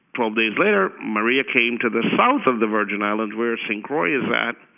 twelve days later, maria came to the south of the virgin islands where st. croix is at.